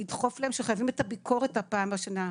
לדחוף להם שחייבים את הביקורת פעם בשנה.